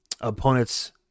opponents